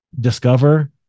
discover